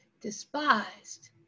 despised